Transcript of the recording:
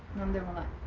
when there were